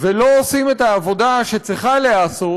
ולא עושים את העבודה שצריכה להיעשות,